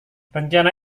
rencana